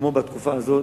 כמו בתקופה הזאת,